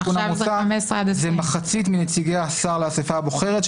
בתיקון המוצע זה מחצית מנציגי השר לאסיפה הבוחרת,